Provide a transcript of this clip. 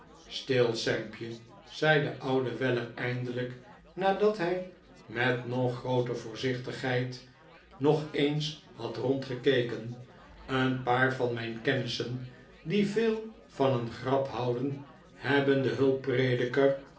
nstil sampje zei de oude weller eindelijk nadat hij met nog grooter voorzichtigheid nog eens had rondgekeken een paar van mijn kennissen die veel van een grap houden hebben den